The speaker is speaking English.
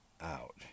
out